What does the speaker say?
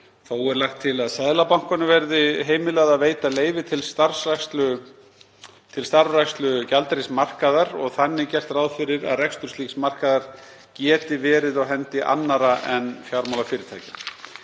Þó er lagt til að Seðlabankanum verði heimilað að veita leyfi til starfrækslu gjaldeyrismarkaðar og þannig gert ráð fyrir að rekstur slíks markaðar geti verið á hendi annarra en fjármálafyrirtækja.